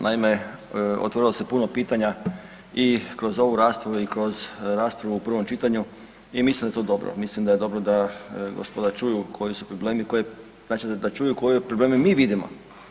Naime, otvorilo se puno pitanja i kroz ovu raspravu i kroz raspravu u prvom čitanju i mislim da je to dobro, mislim da je dobro da gospoda čuju koji su problemi, znači da čuju koje probleme mi vidimo.